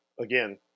again